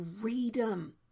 freedom